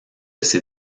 ces